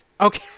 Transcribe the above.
Okay